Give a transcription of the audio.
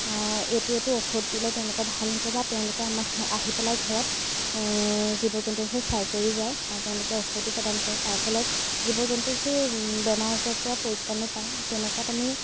এইটো এইটো ঔষধ দিলে তেওঁলোকৰ ভাল হ'ব বা তেওঁলোকে আমাৰ আহি পেলাই ঘৰত জীৱ জন্তুৰ হৈ চাই কৰি যায় তেওঁলোকে ঔষধো প্ৰদান কৰে তাৰ ফলত জীৱ জন্তুবোৰ বেমাৰ আজাৰৰ পৰা পৰিত্ৰাণো পায় তেনেকুৱাত আমি